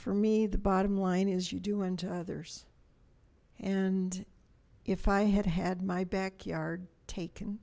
for me the bottom line is you do unto others and if i had had my backyard taken